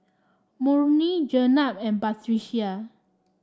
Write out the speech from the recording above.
Murni Jenab and Batrisya